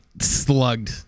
slugged